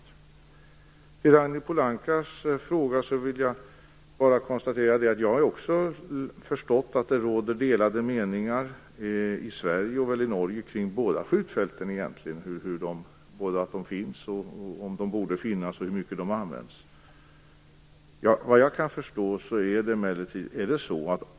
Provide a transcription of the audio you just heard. När det gäller Ragnhild Pohankas fråga vill jag bara konstatera att också jag har förstått att det råder delade meningar i Sverige och Norge kring de båda skjutfälten, för att det finns, om ifall de borde finnas och hur mycket de används.